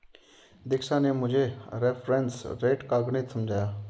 दीक्षा ने मुझे reference rate का गणित समझाया